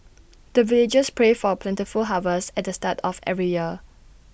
the villagers pray for plentiful harvest at the start of every year